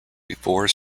before